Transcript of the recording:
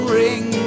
ring